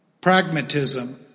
pragmatism